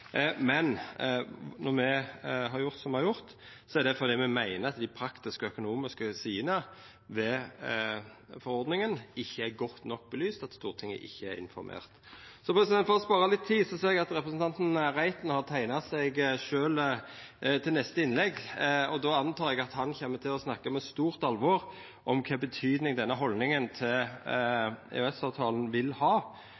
men når me har gjort som me har gjort, er det fordi me meiner at dei praktiske og økonomiske sidene ved forordninga ikkje er godt nok opplyste, og at Stortinget ikkje er informert. For å spara litt tid: Eg ser at representanten Reiten har teikna seg til neste innlegg. Då antek eg at han kjem til å snakka med stort alvor om kva betyding denne haldninga til